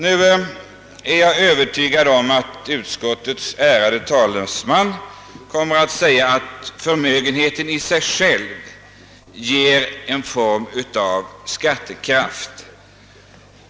Nu är jag övertygad om att utskottets ärade talesman kommer att säga att förmögenheten i sig själv ger en form av skattekraft.